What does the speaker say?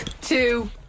two